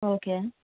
okay